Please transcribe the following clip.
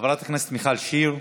חברת הכנסת מיכל שיר,